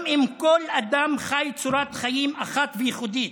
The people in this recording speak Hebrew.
גם אם כל אדם חי צורת חיים אחת וייחודית